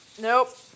Nope